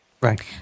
Right